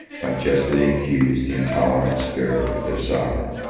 might justly accuse the intolerant spirit of their sovereign.